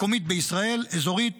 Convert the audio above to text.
מקומית בישראל, אזורית